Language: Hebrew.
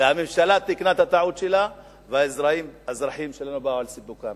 הממשלה תיקנה את הטעות שלה והאזרחים שלנו באו על סיפוקם.